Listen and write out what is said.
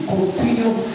Continuous